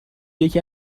یکی